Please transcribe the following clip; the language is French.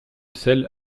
celles